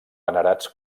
venerats